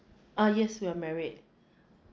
uh yes we're married